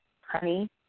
honey